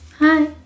Hi